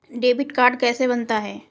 Debit card कैसे बनता है?